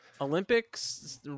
Olympics